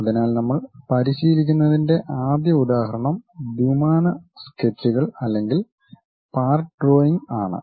അതിനാൽ നമ്മൾ പരിശീലിക്കുന്നതിന്റെ ആദ്യ ഉദാഹരണം ദ്വിമാന സ്കെച്ചുകൾ അല്ലെങ്കിൽ പാർട്ട് ഡ്രോയിംഗ് ആണ്